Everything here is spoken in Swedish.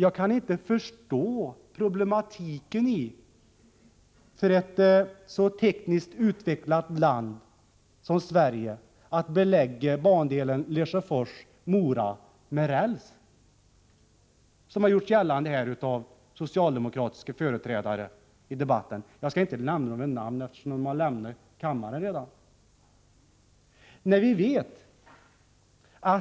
Jag kan inte förstå de problem som har gjorts gällande av socialdemokratiska företrädare i debatten — jag skall inte nämna några namn eftersom de har lämnat kammaren — när det gäller att belägga bandelen Lesjöfors-Mora